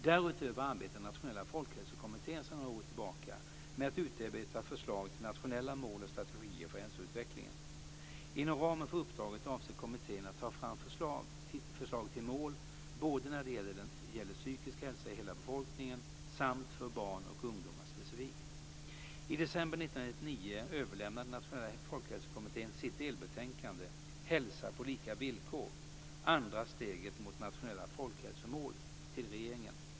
Därutöver arbetar Nationella folkhälsokommittén sedan några år tillbaka med att utarbeta förslag till nationella mål och strategier för hälsoutvecklingen. Inom ramen för uppdraget avser kommittén att ta fram förslag till mål när det gäller psykisk hälsa i hela befolkningen samt för barn och ungdomar specifikt. I andra steget mot nationella folkhälsomål till regeringen.